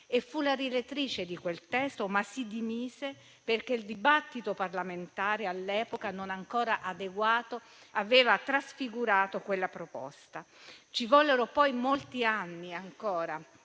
e fu la direttrice di quel testo, ma si dimise perché il dibattito parlamentare, all’epoca non ancora adeguato, aveva trasfigurato quella proposta. Ci vollero poi molti anni ancora